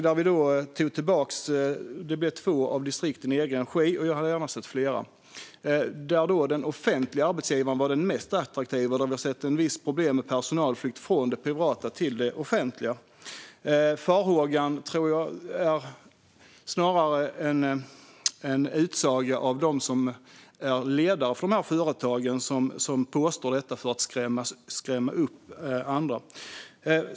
Då blev det två distrikt i egen regi, men jag hade gärna sett fler. Den offentliga arbetsgivaren var den mest attraktiva, och man har sett vissa problem med personalflykt från det privata till det offentliga. Farhågorna kommer nog snarare från dem som leder dessa företag och som påstår detta för att skrämma upp andra.